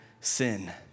sin